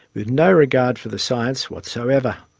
with no regard for the science whatsoever.